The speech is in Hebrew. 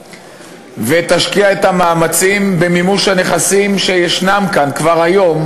ותשקיע את המאמצים במימוש הנכסים שישנם כאן כבר היום,